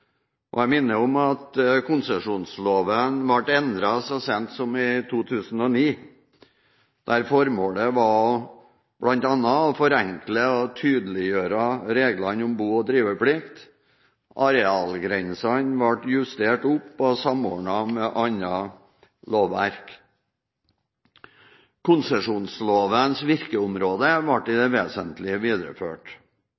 tilhøvene. Jeg minner om at konsesjonsloven ble endret så sent som i 2009, der formålet bl.a. var å forenkle og tydeliggjøre reglene om bo- og driveplikt. Arealgrensene ble da justert opp og samordnet med annet lovverk. Konsesjonslovens virkeområde ble